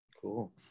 Cool